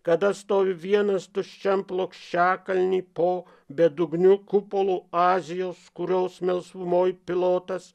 kada stovi vienas tuščiam plokščiakalnį po bedugniu kupolu azijos kurios melsvumoj pilotas